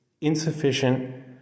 insufficient